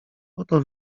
oto